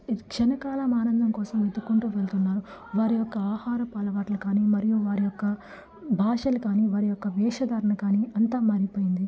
క్షణకాలం ఆనందం కోసం వెతుక్కుంటూ వెళ్తున్నారు వారి యొక్క ఆహారపు అలవాట్లు కాని మరియు వారి యొక్క భాషలు కాని వారి యొక్క వేషధారణ కాని అంతా మారిపోయింది